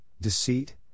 deceit